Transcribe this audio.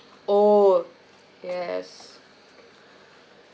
oh yes